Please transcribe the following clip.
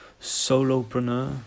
solopreneur